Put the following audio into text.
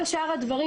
כל שאר הדברים,